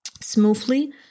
smoothly